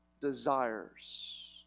desires